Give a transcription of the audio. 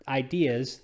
ideas